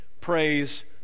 praise